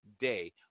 day